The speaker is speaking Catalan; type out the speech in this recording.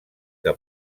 que